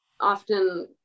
often